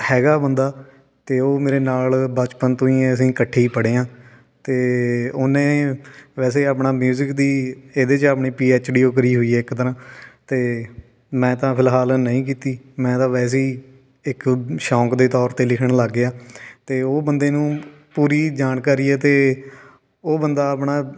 ਹੈਗਾ ਬੰਦਾ ਅਤੇ ਉਹ ਮੇਰੇ ਨਾਲ ਬਚਪਨ ਤੋਂ ਹੀ ਅਸੀਂ ਇਕੱਠੇ ਹੀ ਪੜ੍ਹੇ ਹਾਂ ਅਤੇ ਉਹਨੇ ਵੈਸੇ ਆਪਣਾ ਮਿਊਜਿਕ ਦੀ ਇਹਦੇ 'ਚ ਆਪਣੀ ਪੀ ਐੱਚ ਡੀ ਓ ਕਰੀ ਹੋਈ ਆ ਇੱਕ ਤਰ੍ਹਾਂ ਅਤੇ ਮੈਂ ਤਾਂ ਫਿਲਹਾਲ ਨਹੀਂ ਕੀਤੀ ਮੈਂ ਤਾਂ ਵੈਸੇ ਹੀ ਇੱਕ ਸ਼ੌਂਕ ਦੇ ਤੌਰ 'ਤੇ ਲਿਖਣ ਲੱਗ ਗਿਆ ਅਤੇ ਉਹ ਬੰਦੇ ਨੂੰ ਪੂਰੀ ਜਾਣਕਾਰੀ ਹੈ ਅਤੇ ਉਹ ਬੰਦਾ ਆਪਣਾ